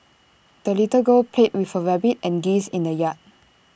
the little girl played with her rabbit and geese in the yard